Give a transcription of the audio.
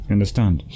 Understand